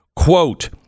quote